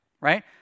right